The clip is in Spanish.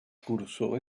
cursó